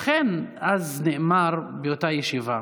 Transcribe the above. לכן נאמר אז, באותה ישיבה,